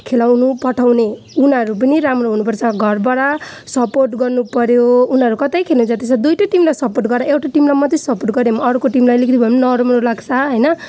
खेलाउनु पठाउने उनीहरू पनि राम्रो हुनु पर्छ घरबाट सपोर्ट गर्नु पऱ्यो उनीहरू कतै खेल्नु जाँदैछ दुइवटा टिमलाई सपोर्ट गर एउटा टिमलाई मात्र सपोर्ट गऱ्यो भने अर्को टिमलाई अलिकति भए नराम्रो लाग्छ होइन